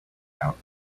out